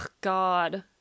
God